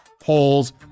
polls